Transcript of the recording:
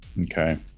Okay